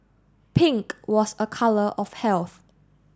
pink was a colour of health